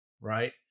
right